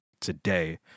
today